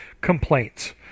complaints